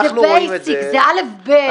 זה בייסיק, זה אל"ף-בי"ת.